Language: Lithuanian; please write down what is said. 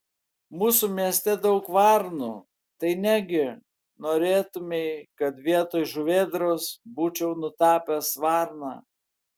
mūsų mieste daug varnų tai negi norėtumei kad vietoj žuvėdros būčiau nutapęs varną